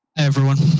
everyone?